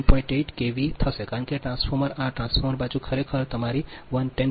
8kv થશે કારણ કે આ ટ્રાન્સફોર્મર આ ટ્રાન્સફોર્મર બાજુ ખરેખર તે તમારી 10